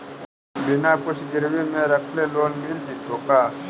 बिना कुछ गिरवी मे रखले लोन मिल जैतै का?